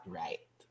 right